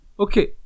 Okay